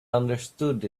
understood